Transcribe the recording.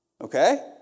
Okay